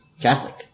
Catholic